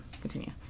Continue